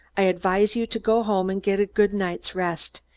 i advise you to go home and get a good night's rest.